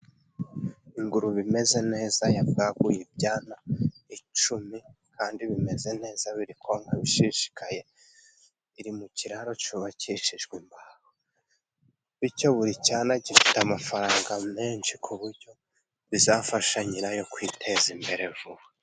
Ingurube imeze neza yabwaguye ibyana icumi kandi bimeze neza biri konka bishishikaye iri mu kiraro cyubakishijwe imbaho. Bityo buri cyana gifite amafaranga menshi ku buryo bizafasha nyirayo kwiteza imbere vuba.